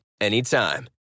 anytime